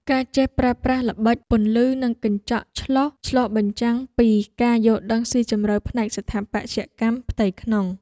ការចេះប្រើប្រាស់ល្បិចពន្លឺនិងកញ្ចក់ឆ្លុះឆ្លុះបញ្ចាំងពីការយល់ដឹងស៊ីជម្រៅផ្នែកស្ថាបត្យកម្មផ្ទៃក្នុង។